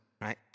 right